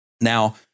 Now